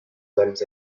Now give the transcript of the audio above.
palmes